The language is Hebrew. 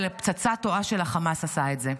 אלא פצצה טועה של החמאס עשתה את זה,